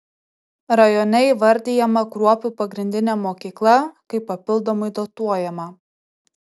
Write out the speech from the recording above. rajone įvardijama kruopių pagrindinė mokykla kaip papildomai dotuojama